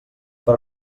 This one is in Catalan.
però